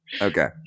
Okay